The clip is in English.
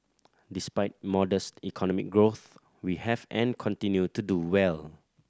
despite modest economic growth we have and continue to do well